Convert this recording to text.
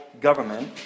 government